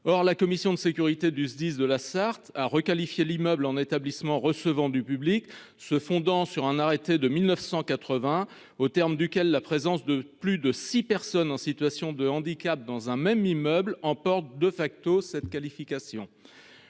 Or la commission de sécurité du SDIS de la Sarthe a requalifié l'immeuble en établissements recevant du public. Se fondant sur un arrêté de 1980, au terme duquel la présence de plus de six personnes en situation de handicap, dans un même immeuble emporte de facto cette qualification.